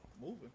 Moving